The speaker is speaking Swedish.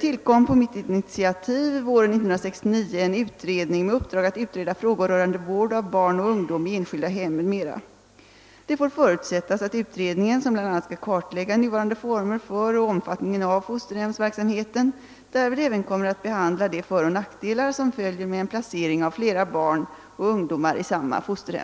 tillkom på mitt initiativ våren 1969 en utredning med uppdrag att utreda frågor rörande vård av barn och ungdom i enskilda hem m.m. Det får förutsättas att utredningen, som bl.a. skall kartlägga nuvarande former för och omfattningen av = fosterhemsverksamheten, därvid även kommer att behandla de föroch nackdelar, som följer med en placering av flera barn och ungdomar i samma fosterhem.